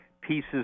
pieces